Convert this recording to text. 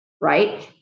right